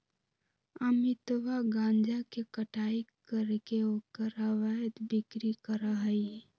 अमितवा गांजा के कटाई करके ओकर अवैध बिक्री करा हई